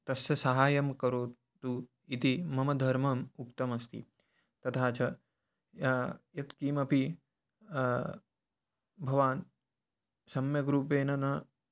तस्य सहायं करोतु इति मम धर्मे उक्तमस्ति तथा च यत्किमपि भवान् सम्यग्रूपेण न